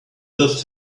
does